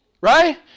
Right